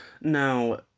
Now